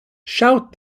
shout